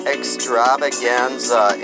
Extravaganza